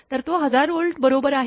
तर तो 1000 व्होल्ट बरोबर आहे